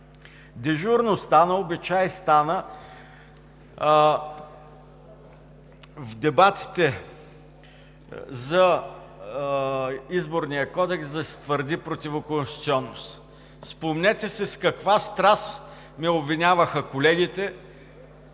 Дежурно и обичай стана в дебатите за Изборния кодекс да се твърди противоконституционност. Спомнете си с каква страст ме обвиняваха колегите